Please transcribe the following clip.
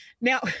Now